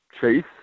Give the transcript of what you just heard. chase